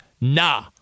nah